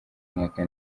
umwaka